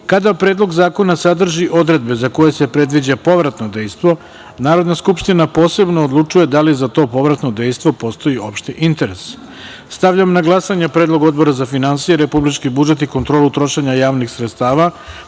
kada Predlog zakona sadrži odredbe za koje se predviđa povratno dejstvo, Narodna skupština posebno odlučuje da li za to povratno dejstvo postoji opšti interes. Stavljam na glasanje predlog Odbora za finansije, republički budžet i kontrolu trošenja javnih sredstava